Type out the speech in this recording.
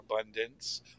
abundance